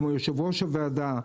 כמו יושב-ראש הוועדה,